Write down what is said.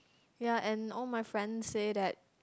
ya and all my friends say that